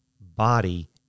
Body